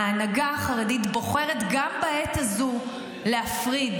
ההנהגה החרדית בוחרת גם בעת הזו להפריד,